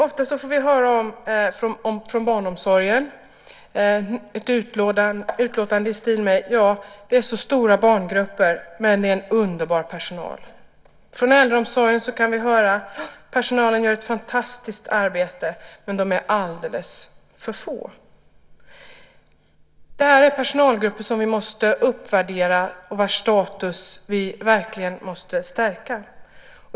Ofta får vi höra från barnomsorgen utlåtanden i stil med: Det är så stora barngrupper, men det är en underbar personal! Från äldreomsorgen kan vi höra: Personalen gör ett fantastiskt arbete, men de är alldeles för få. Det här är personalgrupper som vi måste uppvärdera och vars status vi verkligen måste stärka.